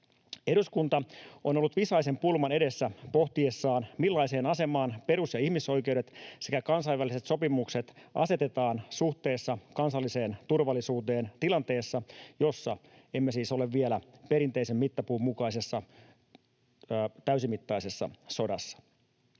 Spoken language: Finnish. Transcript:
Eduskunta on ollut visaisen pulman edessä pohtiessaan, millaiseen asemaan perus- ja ihmisoikeudet sekä kansainväliset sopimukset asetetaan suhteessa kansalliseen turvallisuuteen tilanteessa, jossa emme siis ole vielä perinteisen mittapuun mukaisessa täysimittaisessa sodassa.